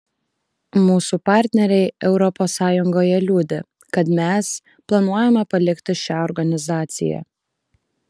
mūsų partneriai europos sąjungoje liūdi kad mes planuojame palikti šią organizaciją